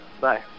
bye